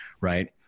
right